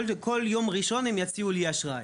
כל יום ראשון הם יציעו לי אשראי.